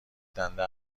دنده